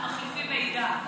אנחנו מחליפים מידע.